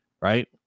right